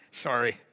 sorry